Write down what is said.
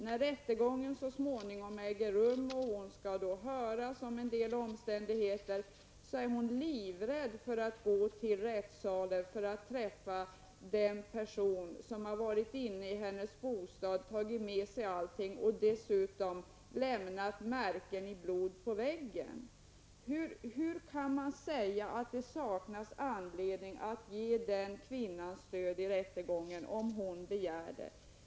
När rättegången så småningom äger rum och kvinnan skall höras om en del omständigheter, är hon livrädd för att gå till rättssalen och träffa den person som varit inne i hennes bostad, tagit med sig allting och dessutom lämnat blodmärken på väggen. Hur kan man säga att det saknas anledning att ge den kvinnan stöd i rättegången om hon begär det?